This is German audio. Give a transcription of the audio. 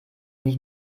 nicht